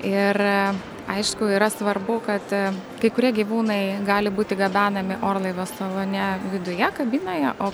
ir aišku yra svarbu kad kai kurie gyvūnai gali būti gabenami orlaivio salone viduje kabinoje o